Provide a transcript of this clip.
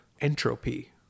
entropy